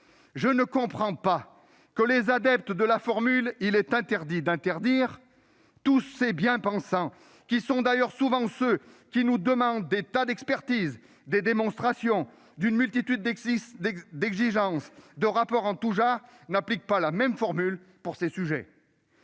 Je ne comprends pas que les adeptes de la formule « il est interdit d'interdire », tous ces bien-pensants, qui sont d'ailleurs souvent ceux-là mêmes qui nous demandent de nombreuses expertises, des démonstrations, qui nous imposent une multitude d'exigences, de rapports en tout genre, n'appliquent pas la même formule pour ces sujets.